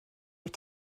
wyt